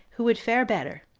who would fare better,